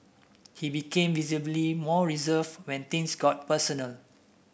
he became visibly more reserved when things got personal